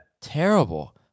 terrible